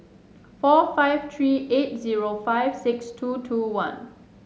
four five three eight zero five six two two one